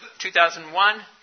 2001